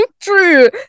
True